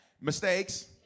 mistakes